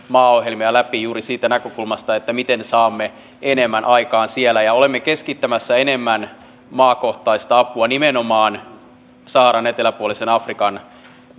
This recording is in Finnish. maaohjelmia läpi juuri siitä näkökulmasta että miten saamme enemmän aikaan siellä olemme keskittämässä enemmän maakohtaista apua nimenomaan saharan eteläpuolisen afrikan